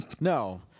No